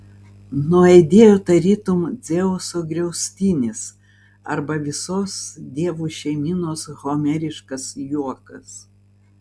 nuaidėjo tarytum dzeuso griaustinis arba visos dievų šeimynos homeriškas juokas